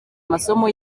amasomo